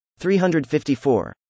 354